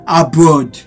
abroad